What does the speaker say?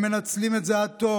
הם מנצלים את זה עד תום.